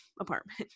apartment